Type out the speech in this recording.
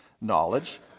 knowledge